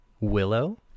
Willow